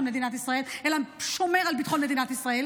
מדינת ישראל אלא שומרת על ביטחון מדינת ישראל,